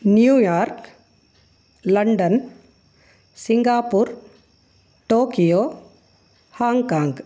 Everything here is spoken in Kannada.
New York London Singapore Tokyo Hong Kong